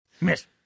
Miss